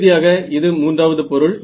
இறுதியாக இது மூன்றாவது பொருள்